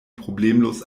problemlos